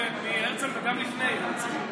מהרצל וגם לפני הרצל,